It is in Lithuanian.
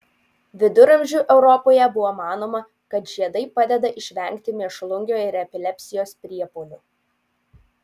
viduramžių europoje buvo manoma kad žiedai padeda išvengti mėšlungio ir epilepsijos priepuolių